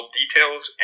details